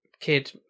kid